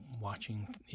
watching